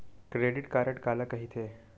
Credit card काला कहिथे?